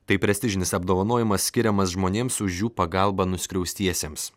tai prestižinis apdovanojimas skiriamas žmonėms už jų pagalbą nuskriaustiesiems